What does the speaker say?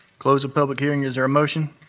close the public hearing. is there a motion?